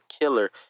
killer